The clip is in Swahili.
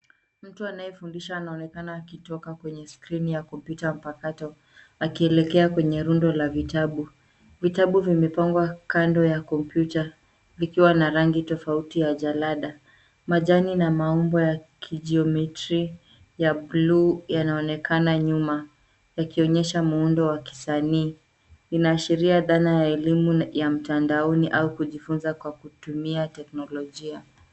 Mtu anayefundisha anaonekana akitoka kwenye skrini ya kompyuta mpakato, akielekea kwenye rundo la vitabu. Vitabu vimepangwa kando ya kompyuta vikiwa na rangi tofauti ya jalada. Majani na maumbo ya kijiometri ya bluu yanaonekana nyuma, yakionyesha muundo wa kisanii. Inaashiria dhana ya elimu ya mtandaoni au kujifunza kwa kutumia teknolojia.